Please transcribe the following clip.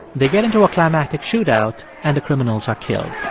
they get into a climactic shootout and the criminals are killed